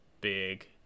big